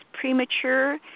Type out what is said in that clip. premature